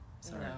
sorry